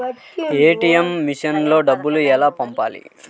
ATM మెషిన్లో డబ్బులు ఎలా పంపాలి?